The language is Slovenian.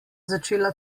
začela